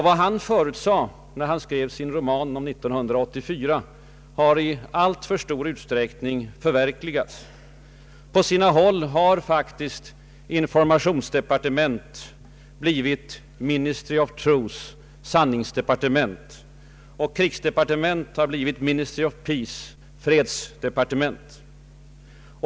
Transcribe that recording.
Vad han förutsade när han skrev sin roman ”1984” har i alltför stor utsträckning förverkligats. På sina håll har faktiskt informationsdepartement blivit Ministry of Truth — sanningsdepartement — och krigsdepartement har blivit Ministry of Peace — fredsdepartement.